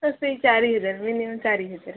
ତ ସେଇ ଚାରି ହଜାର ମିନିମମ୍ ଚାରି ହଜାର